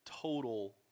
total